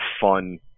fun